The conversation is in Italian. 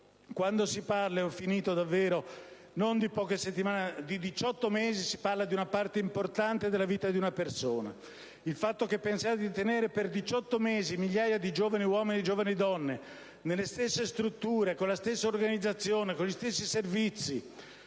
settimane, ma di 18 mesi, si tratta di una parte importante della vita di una persona: il fatto che pensiate di tenere per 18 mesi migliaia di giovani uomini e giovani donne nelle stesse strutture, con la stessa organizzazione, con gli stessi servizi